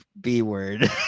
b-word